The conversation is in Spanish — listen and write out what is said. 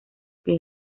que